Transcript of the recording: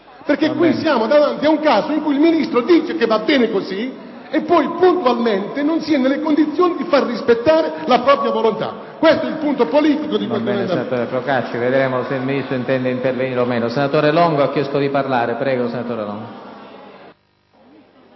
volontà. Siamo di fronte ad un caso in cui il Ministro sostiene che va bene così e poi puntualmente non si è nelle condizioni di far rispettare la propria volontà. Questo è il punto politico che volevo